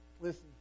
Listen